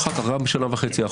ולא משנה איך תעטוף את זה,